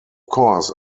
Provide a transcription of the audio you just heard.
course